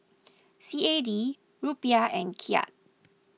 C A D Rupiah and Kyat